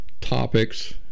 topics